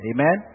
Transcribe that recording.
Amen